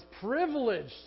privileged